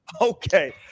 okay